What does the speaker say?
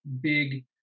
big